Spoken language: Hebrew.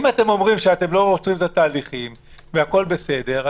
אם אתם אומרים שאתם לא רוצים את התהליכים והכול בסדר,